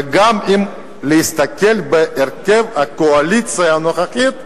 ואם מסתכלים בהרכב הקואליציה הנוכחית,